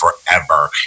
forever